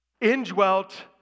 indwelt